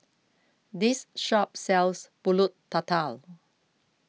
this shop sells Pulut Tatal